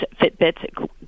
Fitbits